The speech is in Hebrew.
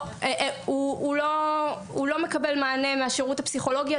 הוא לא מקבל מענה מהשירות הפסיכולוגי,